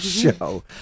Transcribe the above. show